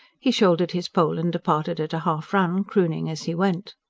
he shouldered his pole and departed at a half-run, crooning as he went.